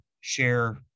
share